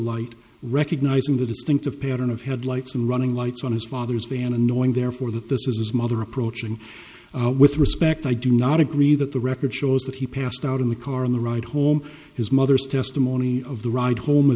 light recognizing the distinctive pattern of headlights and running lights on his father's van annoying therefore that this is his mother approaching with respect i do not agree that the record shows that he passed out in the car on the ride home his mother's testimony of the ride home